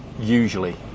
usually